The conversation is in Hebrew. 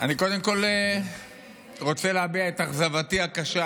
אני קודם כול רוצה להביע את אכזבתי הקשה